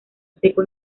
seco